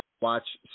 watch